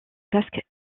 casque